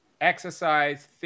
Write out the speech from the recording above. exercise